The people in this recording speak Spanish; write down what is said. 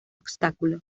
obstáculo